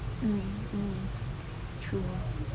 mmhmm true